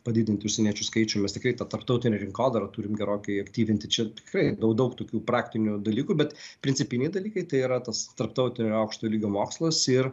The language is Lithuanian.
padidinti užsieniečių skaičių mes tikrai tą tarptautinę rinkodarą turime gerokai aktyvinti čia tikrai daug tokių praktinių dalykų bet principiniai dalykai tai yra tas tarptautinio aukšto lygio mokslas ir